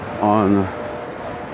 on